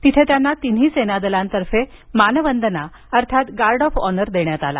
तिथे त्यांना तिन्ही सेनादलांतर्फे मानवंदना अर्थात गार्ड ऑफ ऑनर देण्यात आला